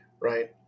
right